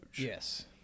yes